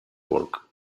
work